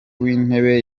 w’intebe